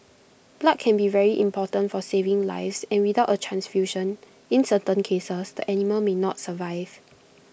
blood can be very important for saving lives and without A transfusion in certain cases the animal may not survive